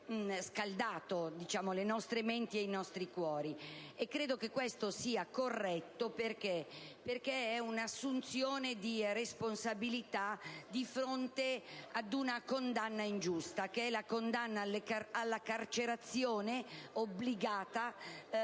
scaldato le nostre menti e i nostri cuori, e credo che questo sia corretto, perché è una assunzione di responsabilità di fronte ad una condanna ingiusta, che è quella alla carcerazione obbligata